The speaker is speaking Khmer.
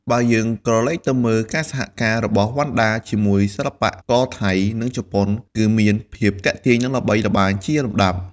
បើយើងក្រឡេកទៅមើលការសហការរបស់វណ្ណដាជាមួយសិល្បករថៃ និងជប៉ុន គឺមានភាពទាក់ទាញនិងល្បីល្បាញចាលំដាប់។